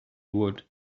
would